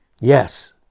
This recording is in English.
Yes